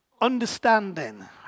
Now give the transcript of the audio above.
understanding